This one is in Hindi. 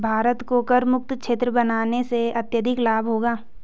भारत को करमुक्त क्षेत्र बनाने से अत्यधिक लाभ होगा